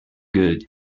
good